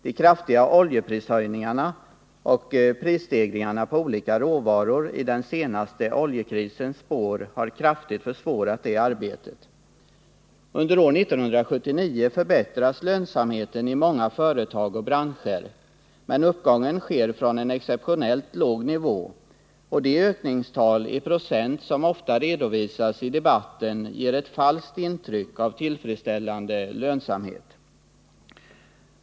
De kraftiga oljeprishöjningarna och prisstegringar på olika råvaror i den senaste oljekrisens spår har kraftigt försvårat det arbetet. Under år 1979 förbättras lönsamheten i många företag och branscher. Men uppgången sker från en exceptionellt låg nivå, och de ökningstal i procent som ofta redovisas i debatten ger ett falskt intryck av tillfredsställande lönsamhet.